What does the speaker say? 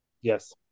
yes